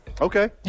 Okay